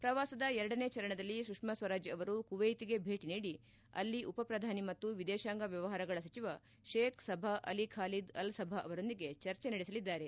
ಪ್ರವಾಸ ಎರಡನೇ ಚರಣದಲ್ಲಿ ಸುಷ್ನಾ ಸ್ವರಾಜ್ ಅವರು ಕುವೈತ್ಗೆ ಭೇಟಿ ನೀಡಿ ಅಲ್ಲಿ ಉಪ ಪ್ರಧಾನಿ ಮತ್ತು ವಿದೇತಾಂಗ ವ್ಲವಹಾರಗಳ ಸಚಿವ Sheikh Sabah Al Khalid Al Sabah ಅವರೊಂದಿಗೆ ಚರ್ಚೆ ನಡೆಸಲಿದ್ದಾರೆ